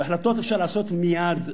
והחלטות אפשר לעשות מייד,